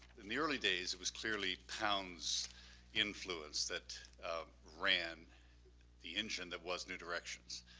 in the early days, it was clearly pounds influence that ran the engine that was new directions.